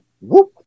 whoop